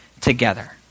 together